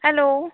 hello